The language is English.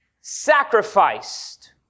sacrificed